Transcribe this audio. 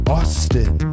Austin